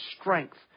strength